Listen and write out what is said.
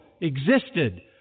existed